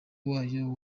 wayo